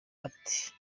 ati